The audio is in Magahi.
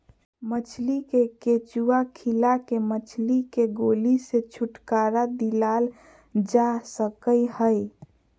मछली के केंचुआ खिला के मछली के गोली से छुटकारा दिलाल जा सकई हई